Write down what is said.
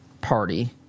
Party